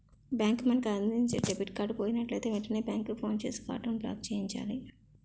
bank మనకు అందించిన debit card పోయినట్లయితే వెంటనే బ్యాంకుకు ఫోన్ చేసి కార్డును బ్లాక్చేయించాలి